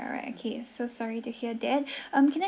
alright okay so sorry to hear that um can I